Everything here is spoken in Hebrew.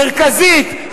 מרכזית,